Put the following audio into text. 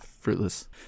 fruitless